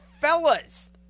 fellas